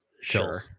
Sure